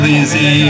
easy